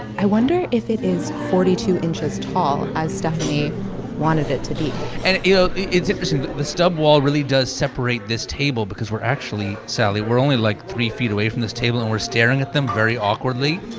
i wonder if it is forty two inches tall, as stephani wanted it to be and, you know, it's interesting the stub wall really does separate this table because we're actually sally, we're only, like, three feet away from this table, and we're staring at them very awkwardly.